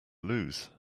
lose